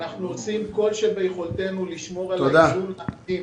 אנחנו עושים כל שביכולתנו לשמור על איזון עדין